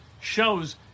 shows